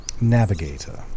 navigator